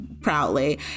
proudly